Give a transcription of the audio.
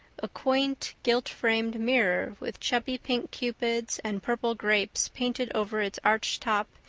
a quaint, gilt-framed mirror with chubby pink cupids and purple grapes painted over its arched top,